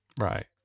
Right